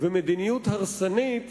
ומדיניות הרסנית